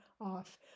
off